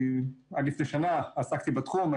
אני עד לפני שנה עסקתי בתחום.